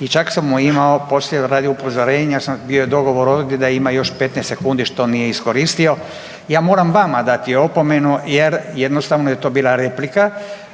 i čak sam mu imao radi upozorenja sam, bio je dogovor ovdje da ima još 15 sekundi što nije iskoristio. Ja moram vama dati opomenu jer jednostavno je to bila replika